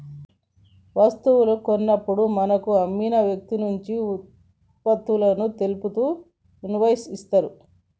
వస్తువు కొన్నప్పుడు మనకు అమ్మిన వ్యక్తినుంచి వుత్పత్తులను తెలుపుతూ ఇన్వాయిస్ ఇత్తరు